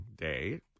day